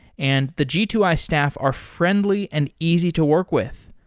and the g two i staff are friendly and easy to work with.